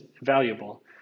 valuable